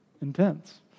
intense